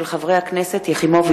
מאת חברי הכנסת שלי יחימוביץ,